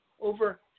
over